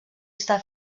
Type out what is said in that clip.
està